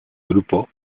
grupo